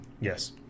Yes